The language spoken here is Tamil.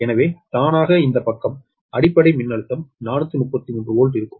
எனவே தானாக இந்த பக்கம் அடிப்படை மின்னழுத்தம் 433 வோல்ட் இருக்கும்